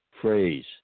phrase